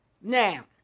Now